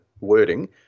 wording